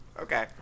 Okay